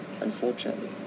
Unfortunately